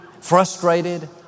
frustrated